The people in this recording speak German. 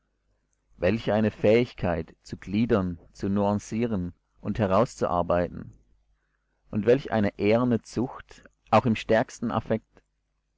welch eine fähigkeit zu gliedern zu nuancieren und herauszuarbeiten und welch eine eherne zucht auch im stärksten affekt